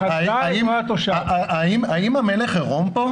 האם המלך כאן עירום?